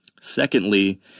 Secondly